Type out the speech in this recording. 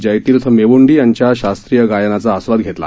जयतीर्थ मेव्ंडी यांच्या शास्त्रीय गायनाचा आस्वाद घेतला